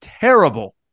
terrible